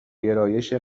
گرایش